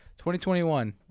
2021